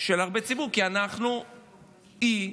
של ציבור גדול, כי אנחנו אי,